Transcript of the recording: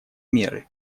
меры